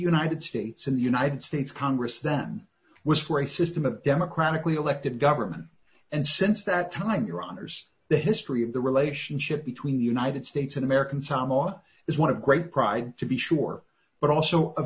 united states in the united states congress them was re system of democratically elected government and since that time your honour's the history of the relationship between the united states in american samoa is one of great pride to be sure but also of